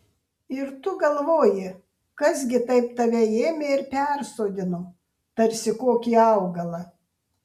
ir tu galvoji kas gi taip tave ėmė ir persodino tarsi kokį augalą